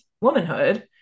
womanhood